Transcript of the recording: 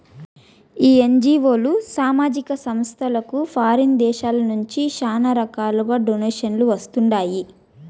ఈ ఎన్జీఓలు, సామాజిక సంస్థలకు ఫారిన్ దేశాల నుంచి శానా రకాలుగా డొనేషన్లు వస్తండాయి